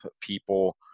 people